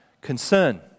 concern